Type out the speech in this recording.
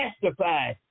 testify